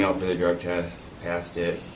um for the drug test, passed it.